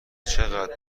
چقدر